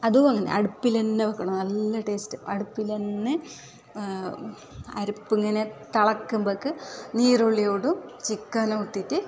അതു അങ്ങനെ അടുപ്പിലെല്ലാം വെക്കണം നല്ല ടേസ്റ്റ് അടുപ്പിൽ തന്നെ അരപ്പ് അങ്ങനെ തിളയ്ക്കുമ്പം നീരൊളിയിടും ചിക്കനും ഇട്ടിട്ട്